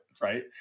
right